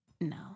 No